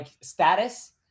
status